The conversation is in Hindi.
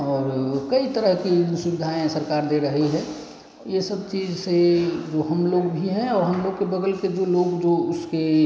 और कई तरह की सुविधाएँ सरकार दे रही है यह सब चीज़ से जो हम लोग भी है और हम लोग के बगल के जो लोग जो उसके